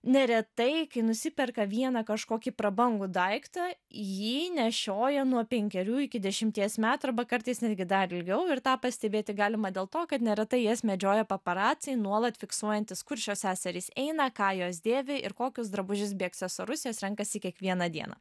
neretai kai nusiperka vieną kažkokį prabangų daiktą jį nešioja nuo penkerių iki dešimties metų arba kartais netgi dar ilgiau ir tą pastebėti galima dėl to kad neretai jas medžioja paparaciai nuolat fiksuojantys kur šios seserys eina ką jos dėvi ir kokius drabužius bei aksesuarus jos renkasi kiekvieną dieną